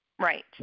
Right